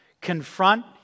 Confront